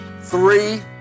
Three